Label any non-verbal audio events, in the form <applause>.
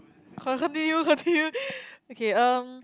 co~ continue continue <laughs> okay um